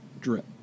drip